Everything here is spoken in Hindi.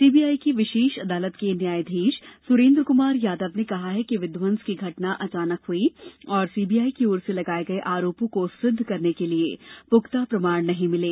सीबीआई की विशेष अदालत के न्यायाधीश सुरेन्द्र कुमार यादव ने कहा कि विध्वंस की घटना अचानक हुई और सीबीआई की ओर से लगाए गए आरोपों को सिद्ध करने के लिए पुख्ता प्रमाण नहीं मिले